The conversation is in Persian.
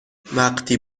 وقتی